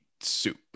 soup